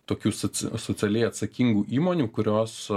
tokių soc socialiai atsakingų įmonių kurios